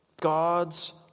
God's